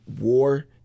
war